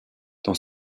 dans